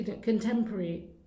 contemporary